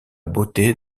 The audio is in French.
beauté